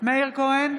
מאיר כהן,